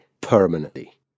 permanently